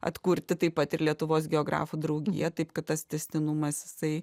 atkurti taip pat ir lietuvos geografų draugiją taip kad tas tęstinumas jisai